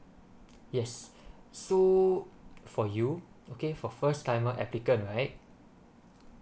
yes so for you okay for first timer applicant right